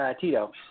Tito